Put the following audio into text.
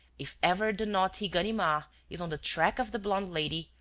if ever the naughty ganimard is on the track of the blonde lady,